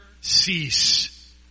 cease